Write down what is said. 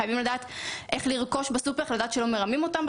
חייבים לדעת איך לרכוש בסופר ולדעת שלא מרמים אותם.